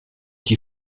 die